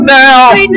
now